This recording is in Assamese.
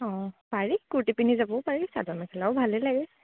অঁ পাৰি কুৰ্টি পিন্ধি যাবও পাৰি চাদৰ মেখেলাও ভালে লাগে